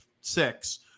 six